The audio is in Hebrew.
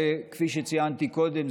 כפי שציינתי קודם,